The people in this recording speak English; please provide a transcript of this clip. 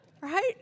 right